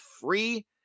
free